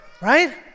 right